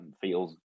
feels